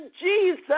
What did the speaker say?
Jesus